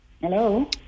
Hello